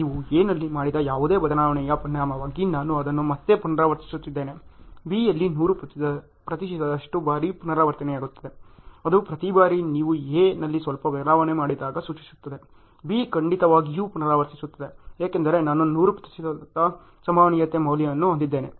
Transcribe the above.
ನೀವು A ನಲ್ಲಿ ಮಾಡಿದ ಯಾವುದೇ ಬದಲಾವಣೆಯ ಪರಿಣಾಮವಾಗಿ ನಾನು ಅದನ್ನು ಮತ್ತೆ ಪುನರಾವರ್ತಿಸುತ್ತಿದ್ದೇನೆ B ಯಲ್ಲಿ 100 ಪ್ರತಿಶತದಷ್ಟು ಬಾರಿ ಪುನರಾವರ್ತನೆಯಾಗುತ್ತದೆ ಅದು ಪ್ರತಿ ಬಾರಿ ನೀವು A ನಲ್ಲಿ ಸ್ವಲ್ಪ ಬದಲಾವಣೆ ಮಾಡಿದಾಗ ಸೂಚಿಸುತ್ತದೆ B ಖಂಡಿತವಾಗಿಯೂ ಪುನರಾವರ್ತಿಸುತ್ತದೆ ಏಕೆಂದರೆ ನಾನು 100 ಪ್ರತಿಶತ ಸಂಭವನೀಯತೆ ಮೌಲ್ಯವನ್ನು ಹೊಂದಿದ್ದೇನೆ